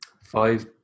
Five